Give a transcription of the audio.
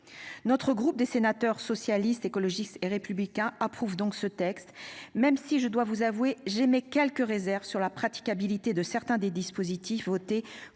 Notre groupe des sénateurs socialiste, écologiste et républicain approuve donc ce texte même si je dois vous avouer j'émets quelques réserves sur la pratique habilité de certains des dispositifs votés